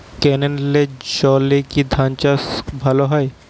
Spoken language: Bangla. ক্যেনেলের জলে কি ধানচাষ ভালো হয়?